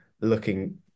looking